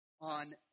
on